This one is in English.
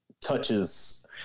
touches